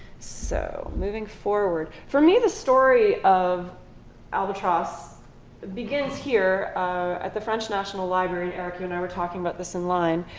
so moving forward. for me the story of albatross begins here at the french national library. erica and i were talking about this in line.